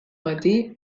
matí